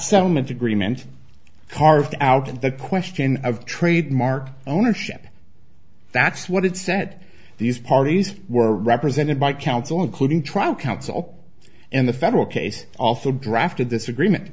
settlement agreement carved out in the question of trademark ownership that's what it said these parties were represented by counsel including trial counsel and the federal case also drafted this agreement